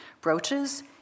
brooches